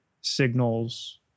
signals